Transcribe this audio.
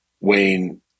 Wayne